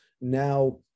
now